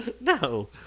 No